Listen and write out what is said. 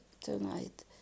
tonight